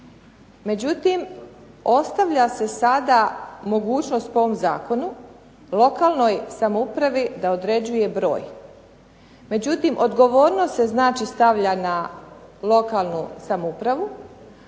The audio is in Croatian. Međutim, ostavlja se sada mogućnost po ovom zakonu lokalnoj samoupravi da određuje broj. Međutim, odgovornost se znači stavlja na lokalnu samoupravu,